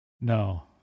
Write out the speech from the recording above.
No